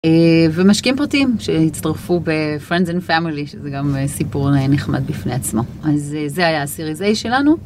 ‫ומשקיעים פרטיים שהצטרפו ב-Friends and family, ‫שזה גם סיפור נחמד בפני עצמו. ‫אז זה, זה היה ה-Series A שלנו.